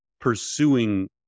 pursuing